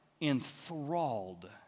enthralled